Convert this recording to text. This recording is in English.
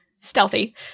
stealthy